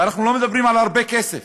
ואנחנו לא מדברים על הרבה כסף.